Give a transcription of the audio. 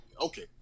Okay